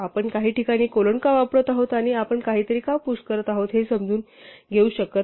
आपण काही ठिकाणी कोलन का वापरत आहोत आणि आपण काहीतरी का पुश करत आहोत हे समजू शकत नाही